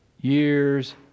years